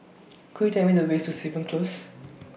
Could YOU Tell Me The Way to Stevens Close